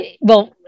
well-